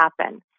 happen